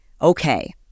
Okay